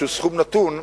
סכום נתון,